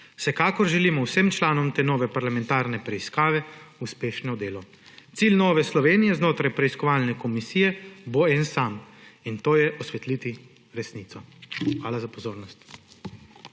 Vsekakor želimo vsem članom te nove parlamentarne preiskave uspešno delo. Cilj Nove Slovenije znotraj preiskovalne komisije bo en sam; in to je osvetliti resnico. Hvala za pozornost.